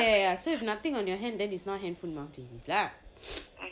ya so if nothing on your hand then it's not hand foot mouth disease lah